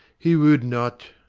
he would not.